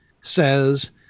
says